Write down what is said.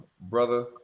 brother